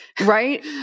Right